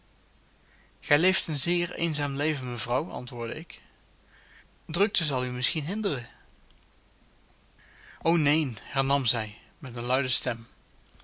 gij leeft een zeer eenzaam leven mevrouw antwoordde ik drukte zal u misschien hinderen o neen hernam zij met een luide stem